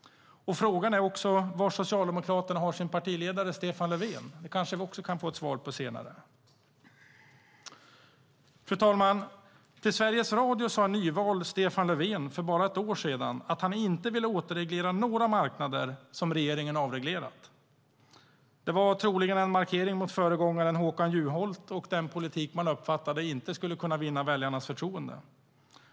Frågan är var Socialdemokraterna har sin partiledare Stefan Löfven. Det kanske vi också kan få ett svar på senare. Fru talman! Till Sveriges Radio sade en nyvald Stefan Löfven för bara ett år sedan att han inte vill återreglera några marknader som regeringen avreglerat. Det var troligen en markering mot föregångaren Håkan Juholt och den politik man uppfattade inte skulle kunna vinna väljarnas förtroende.